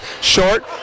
Short